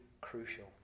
crucial